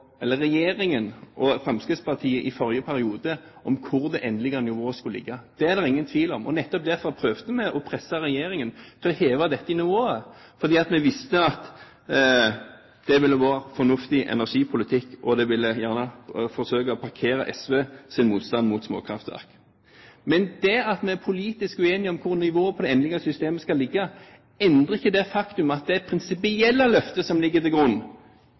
Fremskrittspartiet i forrige periode om hvor det endelige nivået skulle ligge. Det er det ingen tvil om. Nettopp derfor prøvde vi å presse regjeringen til å heve dette nivået. Vi visste at det ville være en fornuftig energipolitikk, og det ville kanskje parkere SVs motstand mot småkraftverk. Men det at vi er politisk uenige om hvor nivået for det endelige systemet skal ligge, endrer ikke det faktum at det prinsipielle løftet som ligger til grunn,